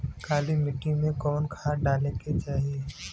काली मिट्टी में कवन खाद डाले के चाही?